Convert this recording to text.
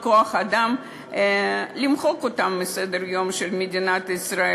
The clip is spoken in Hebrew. כוח-האדם מסדר-היום של מדינת ישראל.